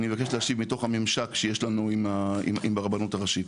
אני מבקש להשיב מתוך הממשק שיש לנו עם הרבנות הראשית.